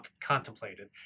contemplated